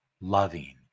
loving